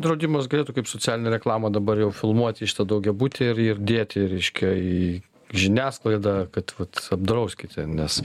draudimas galėtų kaip socialinę reklamą dabar jau filmuoti šitą daugiabutį ir dėti reiškia į žiniasklaidą kad vat apdrauskite nes